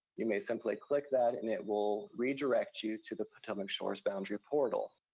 you may simply click that and it will redirect you to the potomac shores boundary portal.